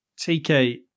TK